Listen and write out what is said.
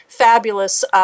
Fabulous